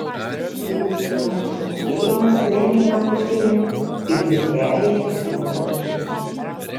girdisi laumių šnabždėjimas tvenkinio pusėje ir pirtelėje juokas duslus